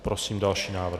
Prosím další návrh.